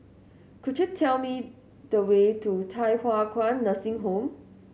could you tell me the way to Thye Hua Kwan Nursing Home